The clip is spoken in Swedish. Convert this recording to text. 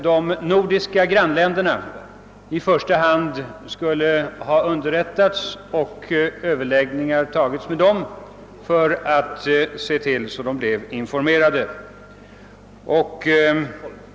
De nordiska grannländerna borde i första hand ha underrättats och överläggningar borde ha upptagits med dem för att hålla dem informerade.